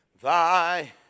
thy